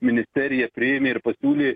ministerija priėmė ir pasiūlė